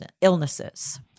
illnesses